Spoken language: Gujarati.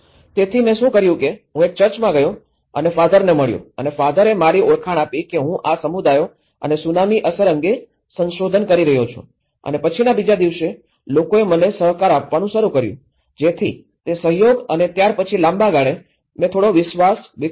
તેથી મેં શું કર્યું કે હું એક ચર્ચમાં ગયો અને ફાધરને મળ્યા અને ફાધર એ મારી ઓળખાણ આપી કે હું આ સમુદાયો અને સુનામી અસર અંગે સંશોધન કરી રહ્યો છું અને પછીના બીજા દિવસે લોકોએ મને સહકાર આપવાનું શરૂ કર્યું જેથી તે સહયોગ અને ત્યાર પછી લાંબા ગાળે મેં થોડો વિશ્વાસ વિકસાવ્યો